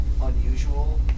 unusual